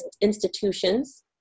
institutions